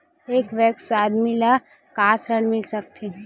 एक वयस्क आदमी ल का ऋण मिल सकथे?